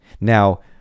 Now